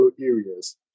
areas